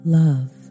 love